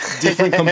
different